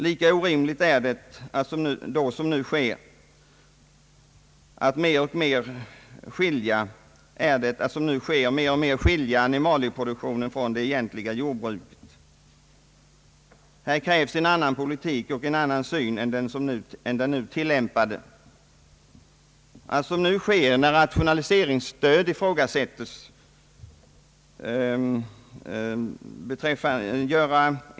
Lika orimligt är det att som nu sker mer och mer skilja animalieproduktionen från det egentliga jordbruket. Här krävs en annan politik och en annan syn än som nu tillämpas.